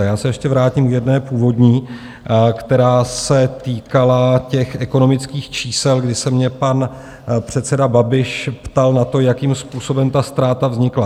Já se ještě vrátím k jedné původní, která se týkala těch ekonomických čísel, kdy se mě pan předseda Babiš ptal na to, jakým způsobem ta ztráta vznikla.